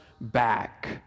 back